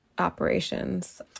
operations